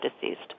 deceased